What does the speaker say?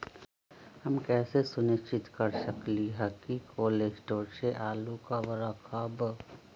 हम कैसे सुनिश्चित कर सकली ह कि कोल शटोर से आलू कब रखब?